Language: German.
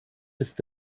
ist